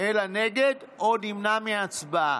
אלא נגד או נמנע מההצבעה.